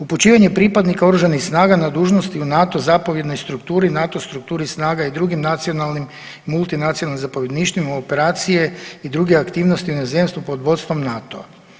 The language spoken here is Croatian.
Upućivanje pripadnika oružanih snaga na dužnosti u NATO zapovjednoj strukturi NATO strukturi snaga i drugim nacionalnim i multinacionalnim zapovjedništvima u operacije i druge aktivnosti u inozemstvu pod vodstvom NATO-a.